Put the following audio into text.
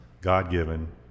God-given